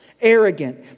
arrogant